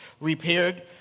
repaired